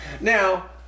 Now